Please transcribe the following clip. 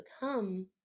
become